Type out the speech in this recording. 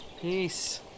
Peace